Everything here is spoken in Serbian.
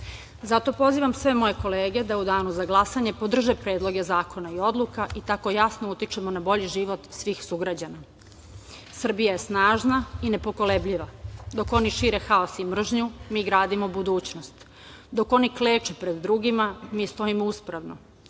pozivam sve moje kolege da u danu za glasanje podrže predloge zakona i odluka i tako jasno utičemo na bolji život svih sugrađana. Srbija je snažna i nepokolebljiva, dok oni šire haos i mržnju, mi gradimo budućnost. Dok oni kleče pred drugima, mi stojimo uspravno.